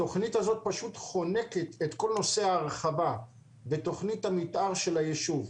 התכנית הזאת פשוט חונקת את כל נושא ההרחבה בתכנית המתאר של היישוב.